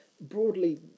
broadly